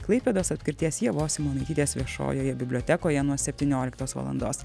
klaipėdos apskrities ievos simonaitytės viešojoje bibliotekoje nuo septynioliktos valandos